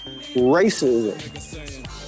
racism